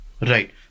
right